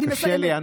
קשה לי.